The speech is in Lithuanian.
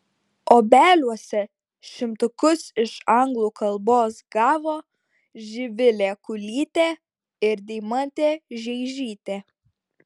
obeliuose šimtukus iš anglų kalbos gavo živilė kulytė ir deimantė žeižytė